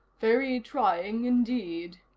very trying indeed.